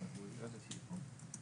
אין טעם.